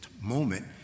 moment